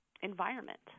environment